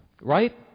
Right